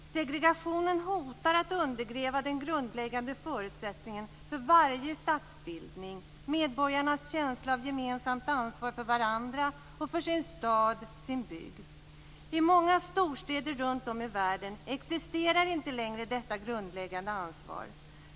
Segregationen hotar att undergräva den grundläggande förutsättningen för varje stadsbildning, medborgarnas känsla av gemensamt ansvar för varandra och för sin stad, sin bygd. I många storstäder runtom i världen existerar inte längre detta grundläggande ansvar.